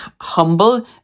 humble